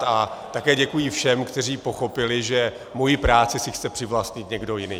A také děkuji všem, kteří pochopili, že mou práci si chce přivlastnit někdo jiný.